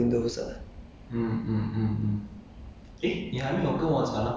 some fan uh fan I also don't really use I will just open the windows ah